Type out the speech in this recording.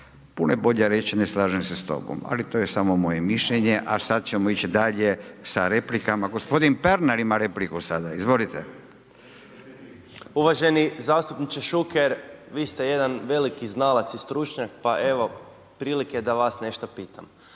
je bolje reći ne slažem se s tobom, ali to je samo moje mišljenje a sad ćemo ići dalje sa replikama. Gospodin Pernar ima repliku sada, izvolite. **Pernar, Ivan (Živi zid)** Uvaženi zastupniče Šuker, vi ste jedan veliki znalac i stručnjak, pa evo prilike da vas nešto pitam.